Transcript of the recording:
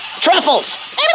Truffles